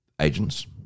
agents –